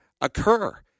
occur